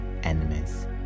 enemies